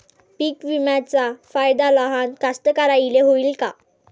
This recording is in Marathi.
पीक विम्याचा फायदा लहान कास्तकाराइले होईन का?